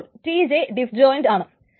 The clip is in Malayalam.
അപ്പോൾ Tj ഡിസ്ജോയിൻറ് ആണ്